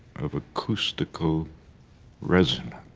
of acoustical resonance.